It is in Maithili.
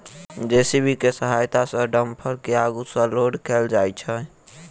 जे.सी.बी के सहायता सॅ डम्फर के आगू सॅ लोड कयल जाइत छै